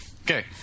Okay